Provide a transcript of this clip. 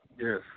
Yes